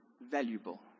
valuable